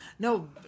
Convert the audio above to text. No